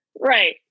Right